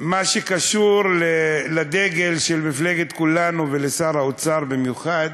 מה שקשור לדגל של מפלגת כולנו, ולשר האוצר במיוחד,